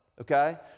okay